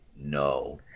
no